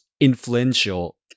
influential